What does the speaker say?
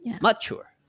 mature